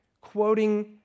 quoting